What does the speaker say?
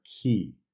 key